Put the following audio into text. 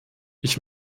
ich